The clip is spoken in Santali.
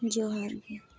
ᱡᱚᱦᱟᱨ ᱜᱮ